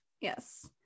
Yes